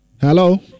Hello